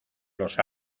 los